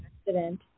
accident